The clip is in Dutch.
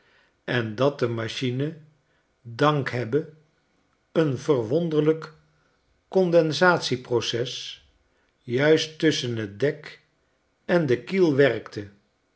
en dat de machine dank hebbe een verwonderlijk condensatieproces juist tusschen t dek en de kiel werkte